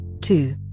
two